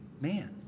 man